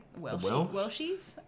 Welshies